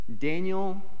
Daniel